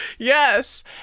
Yes